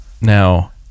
Now